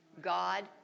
God